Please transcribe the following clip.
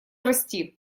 расти